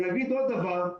ונגיד עוד דבר,